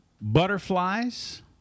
butterflies